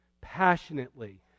passionately